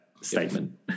statement